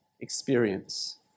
experience